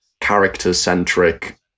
character-centric